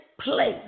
place